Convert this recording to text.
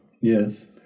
yes